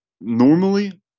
Normally